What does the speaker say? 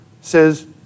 says